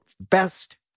Best